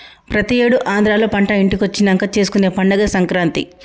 ప్రతి ఏడు ఆంధ్రాలో పంట ఇంటికొచ్చినంక చేసుకునే పండగే సంక్రాంతి